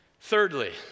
Thirdly